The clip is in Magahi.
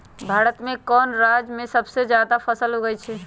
भारत में कौन राज में सबसे जादा फसल उगई छई?